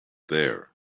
there